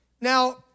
Now